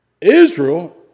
Israel